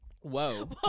Whoa